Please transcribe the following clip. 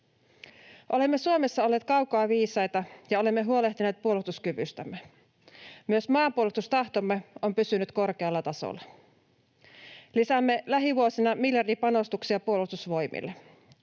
Olemme Suomessa olleet kaukaa viisaita ja olemme huolehtineet puolustuskyvystämme. Myös maanpuolustustahtomme on pysynyt korkealla tasolla. Lisäämme lähivuosina miljardipanostuksia Puolustusvoimille.